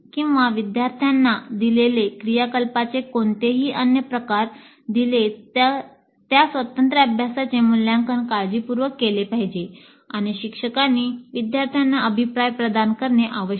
किंवा विद्यार्थ्यांना दिलेले क्रियाकलापाचे कोणतेही अन्य प्रकार दिले त्या स्वतंत्र अभ्यासचे मूल्यांकन काळजीपूर्वक केले पाहिजे आणि शिक्षकांनी विद्यार्थ्यांना अभिप्राय प्रदान करणे आवश्यक आहे